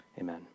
amen